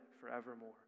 forevermore